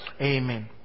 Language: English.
Amen